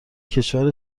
کشور